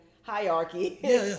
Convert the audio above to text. hierarchy